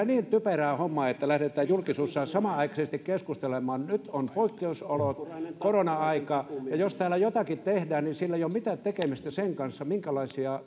niin typerää hommaa että lähdetään julkisuudessa samanaikaisesti keskustelemaan nyt on poikkeusolot korona aika ja jos täällä jotakin tehdään niin sillä ei ole mitään tekemistä sen kanssa minkälaisia